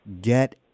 get